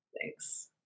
Thanks